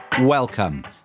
Welcome